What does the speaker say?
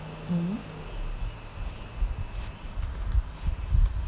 mm